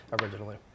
originally